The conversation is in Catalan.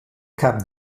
cap